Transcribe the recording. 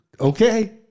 Okay